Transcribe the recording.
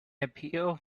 appeal